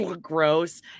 gross